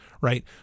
right